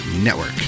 Network